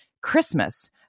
Christmas